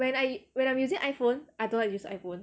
when I when I'm using iphone I don't like to use iphone